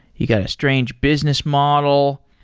you got a strange business model.